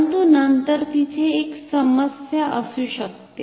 परंतु नंतर तिथे एक समस्या असू शकते